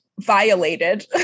violated